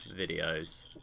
videos